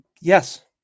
Yes